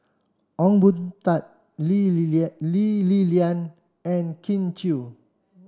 Ong Boon Tat Lee Li Lian Lee Li Lian and Kin Chui